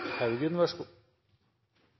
fiskerne: Vær så god,